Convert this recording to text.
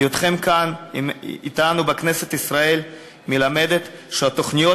היותכם כאן אתנו בכנסת ישראל מלמד שהתוכניות